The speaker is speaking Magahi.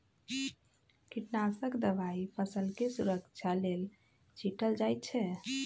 कीटनाशक दवाई फसलके सुरक्षा लेल छीटल जाइ छै